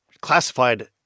classified